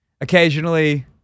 occasionally